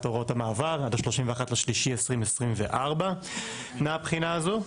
הוראות המעבר עד ה-31.3.2024 מבחינה הזו.